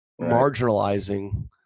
marginalizing